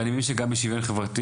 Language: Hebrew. ואני מבין שגם במשרד לשוויון חברתי